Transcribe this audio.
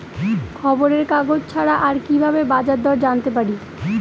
খবরের কাগজ ছাড়া আর কি ভাবে বাজার দর জানতে পারি?